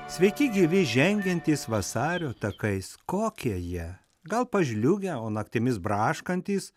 sveiki gyvi žengiantys vasario takais kokie jie gal pažliugę o naktimis braškantys